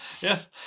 Yes